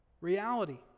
Reality